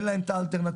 אין להם את האלטרנטיבה.